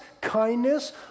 kindness